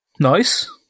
nice